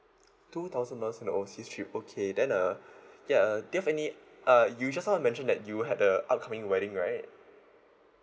two thousand dollars in the overseas trip okay then uh ya uh do you have any uh you just now mentioned that you had a upcoming wedding right